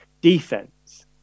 defense